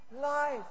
life